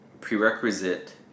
prerequisite